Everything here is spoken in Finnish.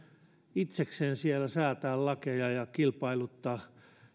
itsekseen siellä säätää lakeja ja kilpailuttaa